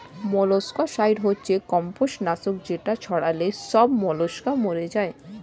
molluscicide হচ্ছে কম্বোজ নাশক যেটা ছড়ালে সব মোলাস্কা মরে যায়